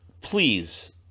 Please